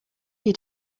your